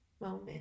moment